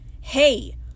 hey